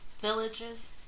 Villages